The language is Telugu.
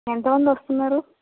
ఎంతమంది వస్తున్నారు